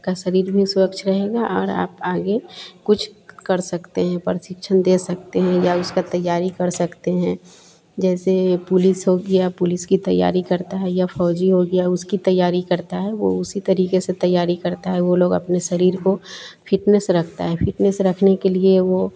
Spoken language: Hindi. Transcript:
का शरीर भी स्वच्छ रहेगा और आप आगे कुछ कर सकते हैं प्रशिक्षण दे सकते हैं या उसकी तैयारी कर सकते हैं जैसे पुलिस हो गया पुलिस की तैयारी करते हैं या फौजी हो गया उसकी तैयारी करते हैं वह उसी तरीक़े से तैयारी करते हैं वे लोग अपने शरीर को फिटनेस रखते हैं फिटनेस रखने के लिए वे